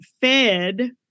fed